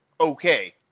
okay